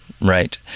Right